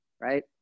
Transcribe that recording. right